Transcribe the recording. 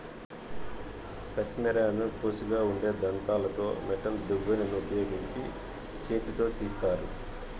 కష్మెరెను కోషిగా ఉండే దంతాలతో మెటల్ దువ్వెనను ఉపయోగించి చేతితో తీస్తారు